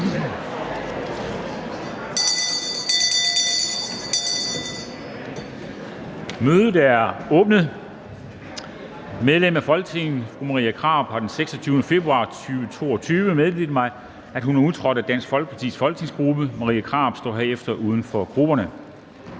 Mødet er åbnet. Medlem af Folketinget Marie Krarup har den 26. februar 2022 meddelt mig, at hun er udtrådt af Dansk Folkepartis folketingsgruppe. Marie Krarup står herefter uden for grupperne.